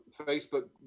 Facebook